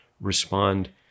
respond